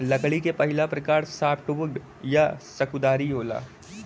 लकड़ी क पहिला प्रकार सॉफ्टवुड या सकुधारी होला